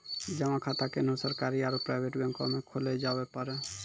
जमा खाता कोन्हो सरकारी आरू प्राइवेट बैंक मे खोल्लो जावै पारै